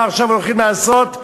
מה עכשיו הולכים לעשות,